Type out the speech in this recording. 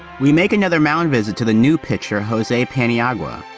we make another mound visit to the new pitcher, jose peniagua.